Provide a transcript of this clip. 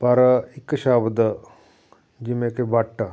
ਪਰ ਇੱਕ ਸ਼ਬਦ ਜਿਵੇਂ ਕਿ ਵੱਟ